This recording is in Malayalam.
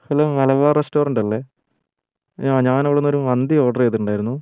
ഹലോ മലബാർ റെസ്റ്റോറൻറ് അല്ലേ ഞാൻ അവിടെ നിന്നൊരു മന്തി ഓർഡർ ചെയ്തിട്ടുണ്ടായിരുന്നു